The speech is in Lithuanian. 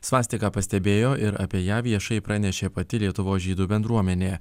svastiką pastebėjo ir apie ją viešai pranešė pati lietuvos žydų bendruomenė